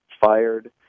fired